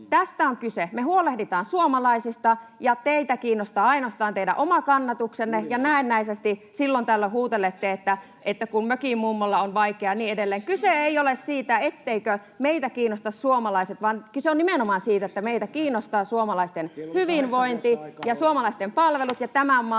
Tästä on kyse. Me huolehditaan suomalaisista, ja teitä kiinnostaa ainoastaan teidän oma kannatuksenne, ja näennäisesti silloin tällöin huutelette, että mökinmummolla on vaikeaa ja niin edelleen. Kyse ei ole siitä, etteivätkö meitä kiinnosta suomalaiset, vaan kyse on nimenomaan siitä, että meitä kiinnostavat suomalaisten hyvinvointi ja suomalaisten palvelut ja tämän maan